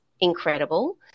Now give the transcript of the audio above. incredible